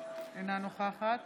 אינה נוכחת